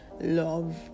love